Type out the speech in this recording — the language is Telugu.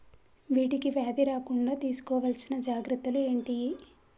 వీటికి వ్యాధి రాకుండా తీసుకోవాల్సిన జాగ్రత్తలు ఏంటియి?